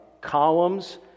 columns